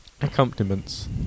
Accompaniments